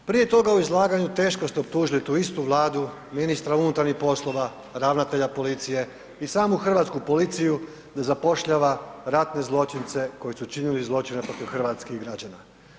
Prije toga u izlaganju teško ste optužili tu istu Vladu, ministra unutarnjih poslova, ravnatelja policije i samu hrvatsku policiju da zapošljava ratne zločince koji su činili zločine protiv hrvatskih građana.